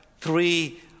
three